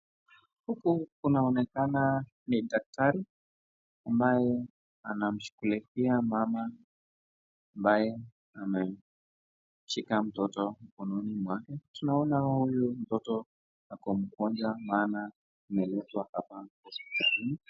Huku kunaonekana ni daktari ambaye anashughulikia mama ambaye ameshika mtoto mkononi mwake. Tunaona huyu mtoto ni mgonjwa maana ameletwa hospitalini.